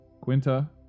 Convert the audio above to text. Quinta